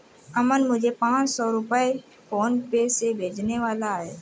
अमन मुझे पांच सौ रुपए फोनपे से भेजने वाला है